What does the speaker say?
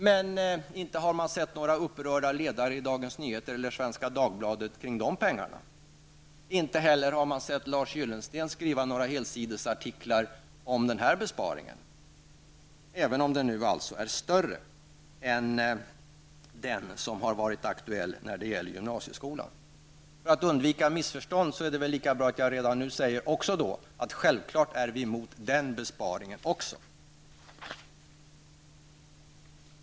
Men inte har man sett några upprörda ledare i Dagens Nyheter eller Svenska Dagbladet kring de pengarna. Inte heller har man sett Lars Gyllensten skriva några helsidesartiklar om den besparingen, även om den nu alltså är större än den som har varit aktuell när det gäller gymnasieskolan. För att undvika missförstånd är det väl lika bra att jag redan nu säger att självklart är vi emot den besparingen också.